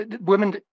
women